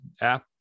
app